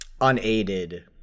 unaided